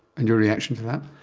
and your reaction to that?